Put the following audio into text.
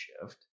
shift